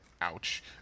Ouch